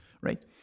right